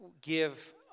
give